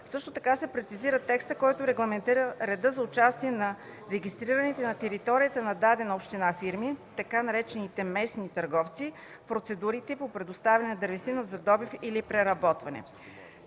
Също така се прецизира текстът, който регламентира реда за участие на регистрираните на територията на дадена община фирми, така наречените „местни търговци”, в процедурите по предоставяне на дървесина за добив или преработване.